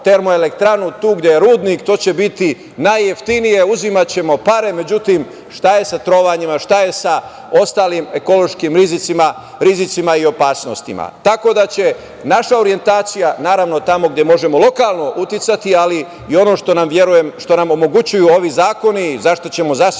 termoelektranu tu gde je rudnik, to će biti najjeftinije, uzimaćemo pare. Međutim, šta je sa trovanjima, šta je ostalim ekološkim rizicima, rizicima i opasnostima. Tako da će naša orijentacija, naravno, tamo gde možemo lokalno uticati, ali i ono što nam, verujem, omogućuju ovi zakoni, za šta ćemo zasigurno